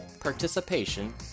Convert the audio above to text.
participation